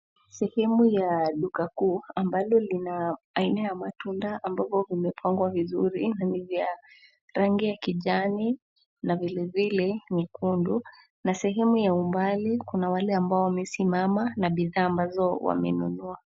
Hii ni sehemu ya duka kuu ambalo lina aina ya matunda ambapo kumepangwa vizuri. Na ni vya rangi ya kijani na vilevile nyekundu. Sehemu ya umbali, kuna wale ambao wamesimama na bidhaa ambazo wamenunua.